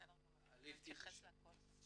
אני אתייחס להכל.